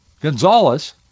Gonzalez